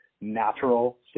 natural